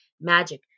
magic